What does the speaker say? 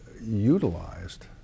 utilized